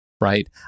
right